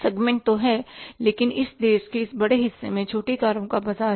segment तो है लेकिन इस देश के इस बड़े हिस्से में छोटी कारों का बाजार है